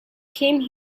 came